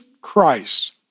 Christ